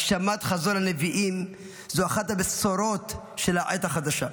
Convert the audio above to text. הגשמת חזון הנביאים זו אחת הבשורות של העת החדשה.